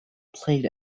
played